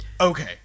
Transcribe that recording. Okay